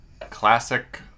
Classic